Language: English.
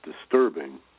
disturbing